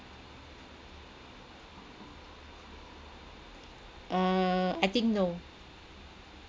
uh I think no